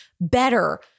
better